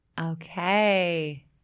Okay